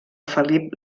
felip